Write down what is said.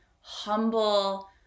humble